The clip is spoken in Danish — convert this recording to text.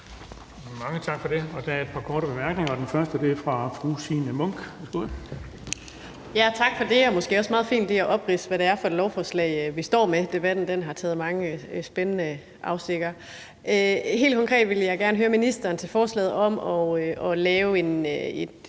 Mange tak for det. Der er et par korte bemærkninger, og den første er fra fru Signe Munk. Værsgo. Kl. 14:50 Signe Munk (SF): Tak for det. Det er måske også meget fint lige at opridse, hvad det er for et lovforslag, vi står med. Debatten har taget mange spændende afstikkere. Helt konkret vil jeg gerne høre ministeren til forslaget om at lave et